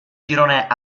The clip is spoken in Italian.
girone